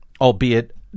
Albeit